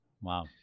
Wow